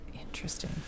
Interesting